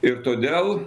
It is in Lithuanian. ir todėl